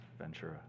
Ventura